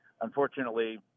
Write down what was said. Unfortunately